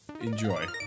enjoy